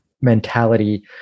mentality